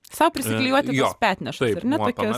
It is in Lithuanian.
sau prisiklijuoti tas petnešas ar ne tokias